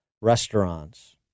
restaurants